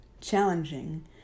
challenging